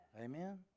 Amen